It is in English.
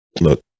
look